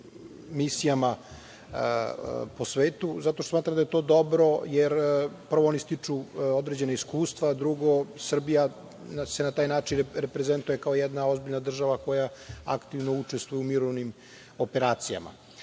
misijama po svetu zato što smatram da je to dobro, jer, prvo, oni stiču određena iskustva, drugo, Srbija se na taj način se reprezentuje kao jedna ozbiljna država koja aktivno učestvuje u mirovnim operacijama. Posebno